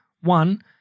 One